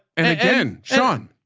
and again, sean,